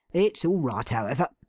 it's all right, however.